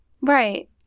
Right